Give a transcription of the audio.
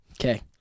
Okay